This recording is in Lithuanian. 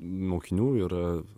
mokinių ir